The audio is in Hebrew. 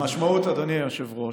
המשמעות, אדוני היושב-ראש,